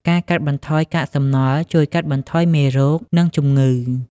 ការកាត់បន្ថយកាកសំណល់ជួយកាត់បន្ថយមេរោគនិងជំងឺ។